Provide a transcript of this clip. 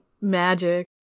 magic